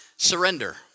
surrender